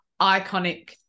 Iconic